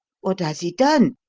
what has he done?